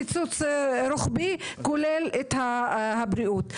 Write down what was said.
קיצוץ רוחבי כולל בבריאות,